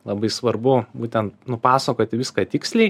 labai svarbu būtent nupasakoti viską tiksliai